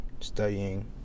Studying